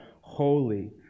Holy